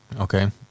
Okay